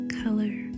color